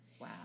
Wow